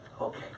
Okay